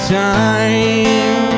time